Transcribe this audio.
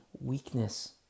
weakness